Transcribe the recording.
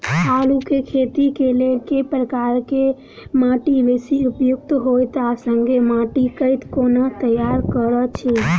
आलु केँ खेती केँ लेल केँ प्रकार केँ माटि बेसी उपयुक्त होइत आ संगे माटि केँ कोना तैयार करऽ छी?